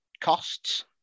costs